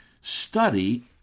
study